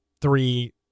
three